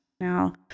Now